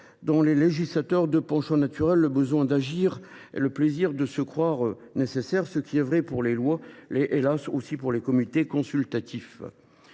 dans les législateurs deux penchants naturels, le besoin d’agir et le plaisir de se croire nécessaires ». Hélas ! Ce qui est vrai pour les lois l’est aussi pour les comités consultatifs.